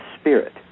Spirit